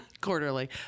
Quarterly